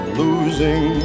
losing